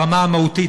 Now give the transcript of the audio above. ברמה המהותית,